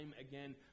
again